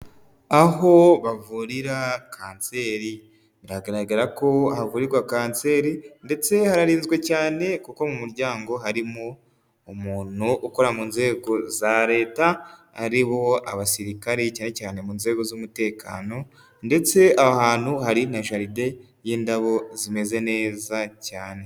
Aho bavurira kanseri, biragaragara ko havurirwa kanseri ndetse hararinzwe cyane, kuko mu muryango harimo umuntu ukora mu nzego za leta, ariho abasirikare cyane cyane mu nzego z'umutekano ndetse aho hantu hari na jaride y'indabo zimeze neza cyane.